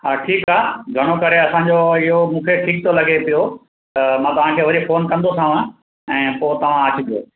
हा ठीकु आहे घणो करे असांजो इहो मूंखे ठीक थो लॻे पियो त मां तव्हांखे वरी फोन कंदो सांव ऐं पोइ तव्हां अचिजो